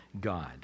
God